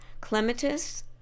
clematis